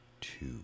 two